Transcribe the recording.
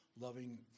loving